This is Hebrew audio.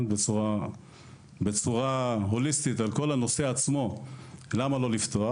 בצורה הוליסטית ולשאלה למה לא לפתוח,